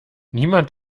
niemand